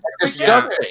Disgusting